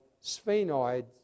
sphenoid